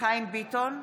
חיים ביטון,